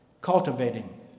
Cultivating